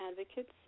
advocates